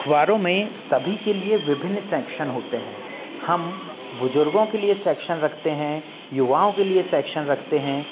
अखबारों में सभी के लिए सेक्शन होते हैं हम बुजुर्गों के लिए सेक्शन रखते हैं युवाओं के लिए सेक्शन रखते हैं